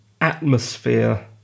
atmosphere